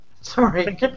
Sorry